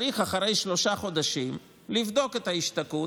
אחרי שלושה חודשים צריך לבדוק את ההשתקעות,